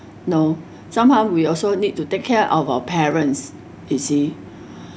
know somehow we also need to take care of our parents you see